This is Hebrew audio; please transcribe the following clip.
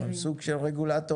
הן סוג של רגולטור.